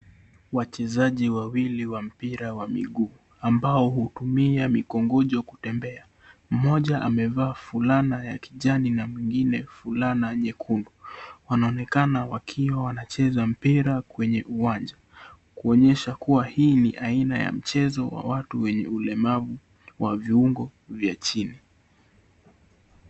Wachezaji wawili wa mpira wa mguu ambao hutuma mikogonjo kutembea. Mmoja amevaa fulana ya kijani na mwingine fulana nyekundu wanaonekana wakiwa wanacheza mpira kwenye uwanja ǰ kwamba hii ni aina ya mpira wa watu wenye ulemavu wa viungo vya chini.